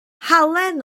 halen